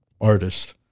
artist